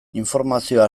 informazioa